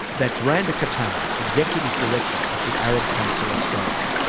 that's randa kattan, executive director of the arab council australia,